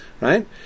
right